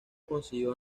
consiguió